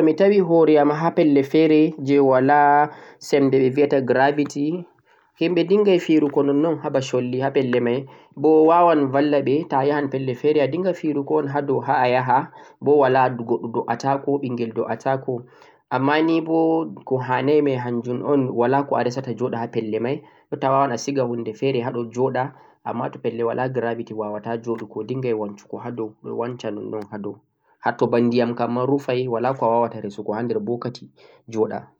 a to mi tawi hoore am ha pelle feere jee walaa sembe ɓe biyata grabity, himɓe dinngay fi'ru go nonnon ha ba sholli ha pelle may, bo waawan ballaɓe ta a yahan pelle feere a dinnga fi'ru go un ha dow ha a yaha bo walaa, goɗɗo do'aata ko ɓinngel do'aata ko, ammaaa ni bo ko hanay may hannjum on walaa ko a resa ta joɗa ha pelle may, jotta a waawan a siga huunde feere ha ɗo joɗa, ammaa to pelle walaa grabity waawaata jooɗugo dinngay wancugo ha dow, ɗo wanca nonnon ha dow, ha to ba ndiyam kam ma rufay, walaa ko a waawaata resu go ha nder bokati joɗa.